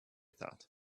thought